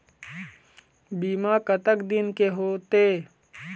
बीमा कतक दिन के होते?